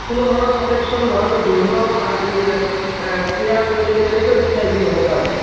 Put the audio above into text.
কোনোধৰণ protection নোহোৱাকৈ যৌন ক্ৰিয়া কৰিলে তেনেকৈ এইচ আই ভি হ'ব পাৰে